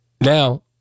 Now